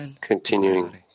continuing